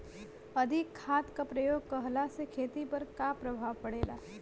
अधिक खाद क प्रयोग कहला से खेती पर का प्रभाव पड़ेला?